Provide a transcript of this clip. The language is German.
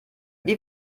wie